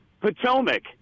Potomac